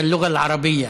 היא השפה הערבית.)